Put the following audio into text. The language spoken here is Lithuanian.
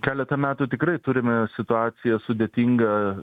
keletą metų tikrai turime situaciją sudėtingą